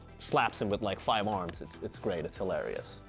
slaps him with like five arms. it's it's great. it's hilarious,